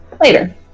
Later